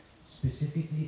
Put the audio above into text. specifically